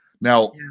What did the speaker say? Now